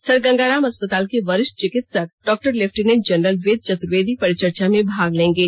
sir Gangaram अस्पताल के वरिष्ठ चिकित्सक doctor lieutenant general Ved Chaturvedi परिचर्चा में भाग लेंगे